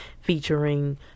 featuring